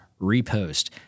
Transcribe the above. repost